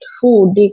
food